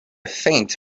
faint